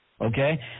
okay